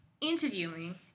interviewing